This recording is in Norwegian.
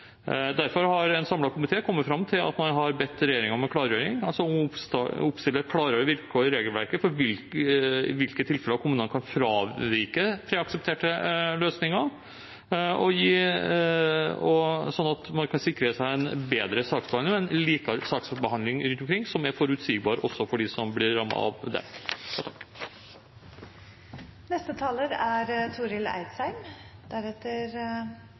Derfor har en samlet komité kommet fram til at man har bedt regjeringen om en klargjøring, altså om å oppstille klare vilkår i regelverket for i hvilke tilfeller kommunene kan fravike preaksepterte løsninger, sånn at man kan sikre seg en bedre og likere saksbehandling rundt omkring, som er forutsigbar også for dem som blir rammet av